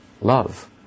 love